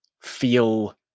feel